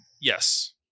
Yes